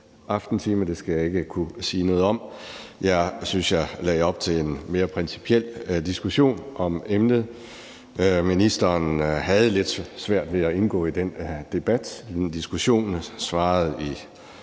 aftentime, det skal jeg ikke kunne sige noget om. Jeg synes, jeg lagde op til en mere principiel diskussion om emnet. Ministeren havde lidt svært ved at indgå i den debat. I diskussionen svarede han